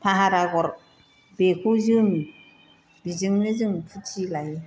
फाहार आगर बेखौ जोमो बेजोंनो जोंङो फुर्थि लायो